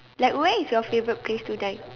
like where is your favourite place to dine